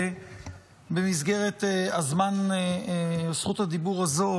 במסגרת הזמן של זכות הדיבור הזו,